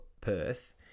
Perth